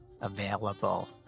available